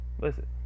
Listen